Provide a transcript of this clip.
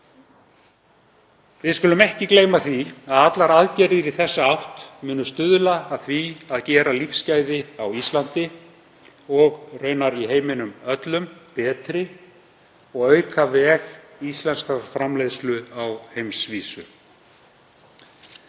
Við skulum ekki gleyma því að allar aðgerðir í þessa átt munu stuðla að því að gera lífsgæði á Íslandi og í heiminum öllum betri og auka veg íslenskrar framleiðslu á heimsvísu.